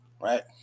right